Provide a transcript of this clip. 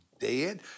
dead